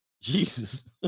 Jesus